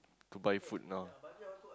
to buy food now